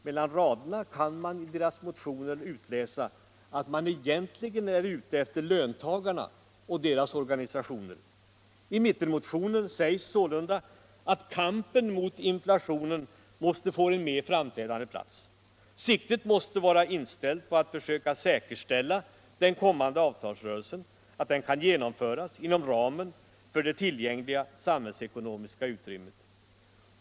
Mellan raderna kan man i deras motioner utläsa att de egentligen är ute efter löntagarna och deras organisationer. I mittenmotionen heter det att kampen mot inflationen måste få en mer framträdande plats. Siktet måste vara inställt på att försöka säkerställa att den kommande avtalsrörelsen kan genomföras inom ramen för det tillgängliga samhällsekonomiska utrymmet.